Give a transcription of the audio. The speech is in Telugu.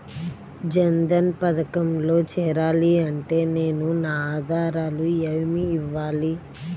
జన్ధన్ పథకంలో చేరాలి అంటే నేను నా ఆధారాలు ఏమి ఇవ్వాలి?